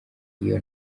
iyo